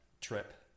trip